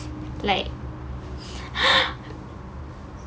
like